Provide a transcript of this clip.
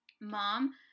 mom